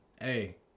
hey